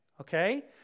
Okay